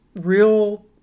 real